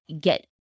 get